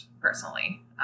personally